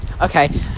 Okay